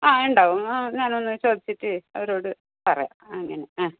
ആ ഉണ്ടാവും ആ ഞാൻ ഒന്നു ചോദിച്ചിട്ട് അവരോട് പറയാം അങ്ങനെ ആ